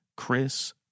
Chris